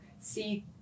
see